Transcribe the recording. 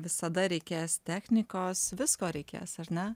visada reikės technikos visko reikės ar ne